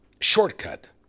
shortcut